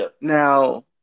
Now